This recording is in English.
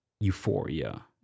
euphoria